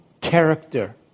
character